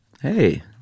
Hey